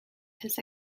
his